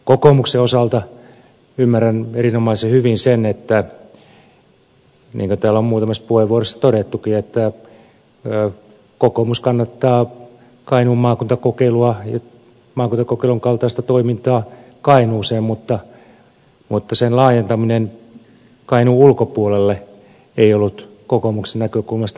kokoomuksen osalta ymmärrän erinomaisen hyvin sen niin kuin täällä on muutamassa puheenvuorossa todettukin että kokoomus kannattaa kainuun maakuntakokeilua ja maakuntakokeilun kaltaista toimintaa kainuuseen mutta sen laajentaminen kainuun ulkopuolelle ei ollut kokoomuksen näkökulmasta mahdollista